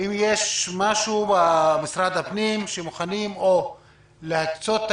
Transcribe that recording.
איך משרד הפנים יכול לעזור או למצוא את